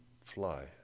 fly